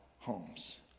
homes